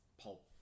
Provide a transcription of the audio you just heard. pulp